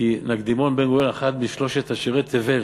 כי נקדימון בן גוריון הוא אחד משלושת עשירי תבל.